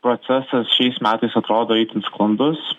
procesas šiais metais atrodo itin sklandus